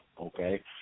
okay